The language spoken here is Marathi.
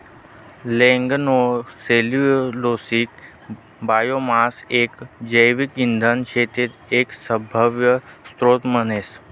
लिग्नोसेल्यूलोसिक बायोमास एक जैविक इंधन शे ते एक सभव्य स्त्रोत म्हणतस